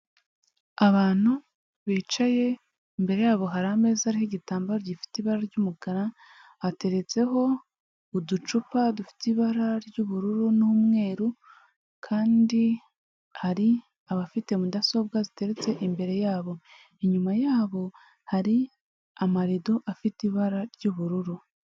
Abantu bicaye imbere yabo hari ameza aho igitambaro gifite ibara ry'umukara, hateretseho uducupa dufite ibara ry'ubururu n'umweru, kandi hari abafite mudasobwa ziteretse imbere yabo, inyuma yabo hari amalido afite ibara ry'ubururu.